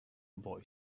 boy